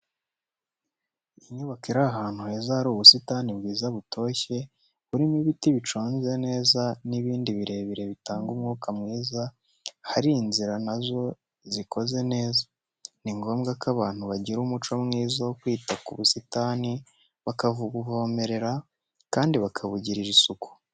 Inyubako iri ahantu heza hari ubusitani bwiza butoshye burimo ibiti biconze neza n'ibindi birebire bitanga umwuka mwiza hari inzira na zo zikoze neza. Ni ngombwa ko abantu bagira umuco mwiza wo kwita ku busitani bakabuvomerera, kandi bakabugirira isuku.